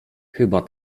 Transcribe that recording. chyba